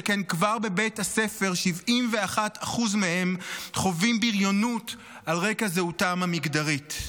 שכן כבר בבית הספר 71% מהם חווים בריונות על רקע זהותם המגדרית.